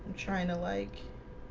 trying to like